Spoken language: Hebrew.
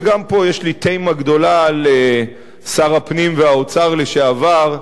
וגם פה יש לי תמיהה גדולה לשר הפנים והאוצר לשעבר,